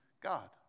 God